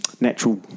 Natural